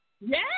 Yes